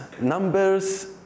numbers